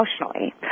emotionally